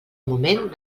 moment